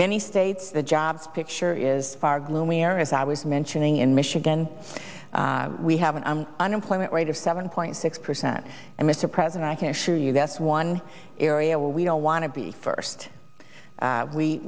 many states the jobs picture is far gloomy or as i was mentioning in michigan we have an unemployment rate of seven point six percent and mr president i can assure you that's one area where we don't want to be first